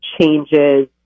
changes